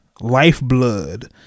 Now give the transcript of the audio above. lifeblood